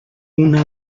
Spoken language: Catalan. una